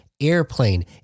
airplane